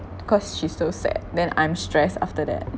because she's so sad then I'm stressed after that